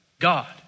god